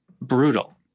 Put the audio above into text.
brutal